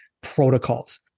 protocols